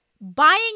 buying